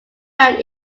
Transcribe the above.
out